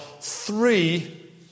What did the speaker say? three